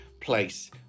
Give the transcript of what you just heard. place